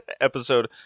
episode